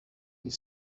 that